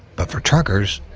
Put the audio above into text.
but for truckers,